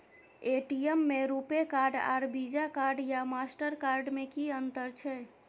ATM में RuPay card आर Visa card या मास्टर कार्ड में कि अतंर छै?